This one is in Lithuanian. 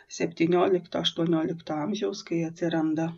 septyniolikto aštuoniolikto amžiaus kai atsiranda